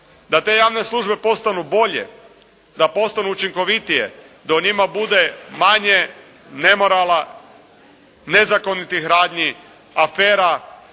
Da te javne službe postanu bolje, da postanu učinkovitije, da u njima bude manje nemorala, nezakonitih radnji, afera,